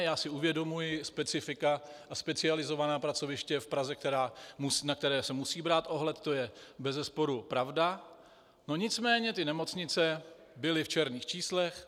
Já si uvědomuji specifika a specializovaná pracoviště v Praze, na která se musí brát ohled, to je bezesporu pravda, nicméně ty nemocnice byly v černých číslech.